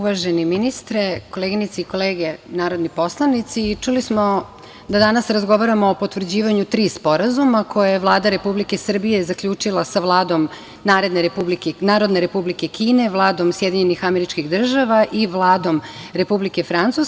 Uvaženi ministre, koleginice i kolege narodni poslanici, čuli smo da danas razgovaramo o potvrđivanju tri sporazuma koje je Vlada Republike Srbije zaključila sa Vladom Narodne Republike Kine, Vladom SAD i Vladom Republike Francuske.